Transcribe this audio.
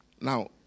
Now